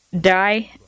die